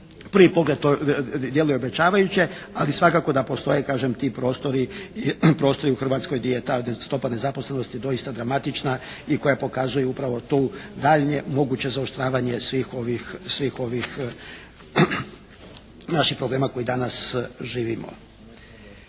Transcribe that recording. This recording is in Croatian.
prvi pogled to djeluje obećavajuće, ali svakako da postoje kažem ti prostori u Hrvatskoj gdje je ta stopa nezaposlenosti doista dramatična i koja pokazuje upravo tu daljnje moguće zaoštravanje svih ovih naših problema koji danas živimo.